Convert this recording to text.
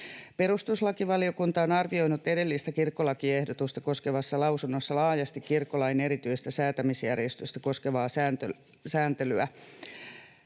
Perustuslakivaliokunta on arvioinut edellistä kirkkolakiehdotusta koskevassa lausunnossa laajasti kirkkolain erityistä säätämisjärjestystä koskevaa sääntelyä.